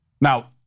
Now